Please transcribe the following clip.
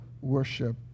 worship